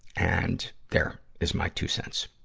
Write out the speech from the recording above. and, there is my two cents.